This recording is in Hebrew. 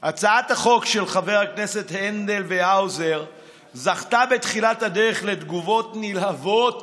הצעת החוק של חברי הכנסת הנדל והאוזר זכתה בתחילת הדרך לתגובות נלהבות